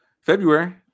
February